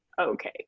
okay